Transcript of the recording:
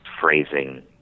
phrasing